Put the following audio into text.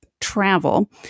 travel